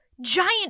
giant